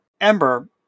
Ember